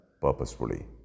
purposefully